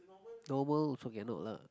normal also cannot lah